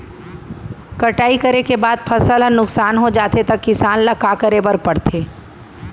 कटाई करे के बाद फसल ह नुकसान हो जाथे त किसान ल का करे बर पढ़थे?